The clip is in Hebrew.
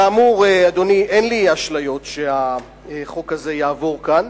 כאמור, אדוני, אין לי אשליות שהחוק הזה יעבור כאן,